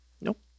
Nope